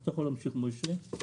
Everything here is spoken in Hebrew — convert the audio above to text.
אתה יכול להמשיך משה.